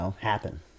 happen